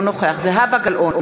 אינו נוכח זהבה גלאון,